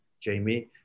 Jamie